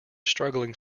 struggling